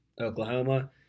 Oklahoma